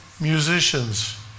musicians